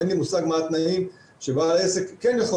אין לי מושג מה התנאים שבו העסק כן יכול